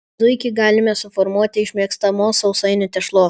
tokį zuikį galime suformuoti iš mėgstamos sausainių tešlos